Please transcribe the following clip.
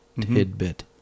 tidbit